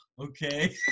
okay